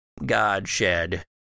godshed